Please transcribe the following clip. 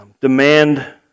demand